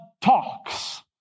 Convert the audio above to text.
talks